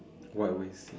what we see